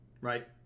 right